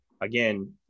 again